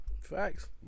facts